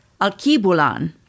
Al-Kibulan